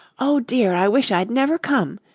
oh, dear, i wish i'd never come!